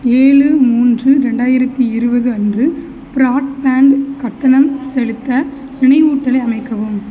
ஏழு மூன்று ரெண்டாயிரத்தி இருபது அன்று ப்ராட்பேண்ட் கட்டணம் செலுத்த நினைவூட்டலை அமைக்கவும்